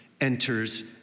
enters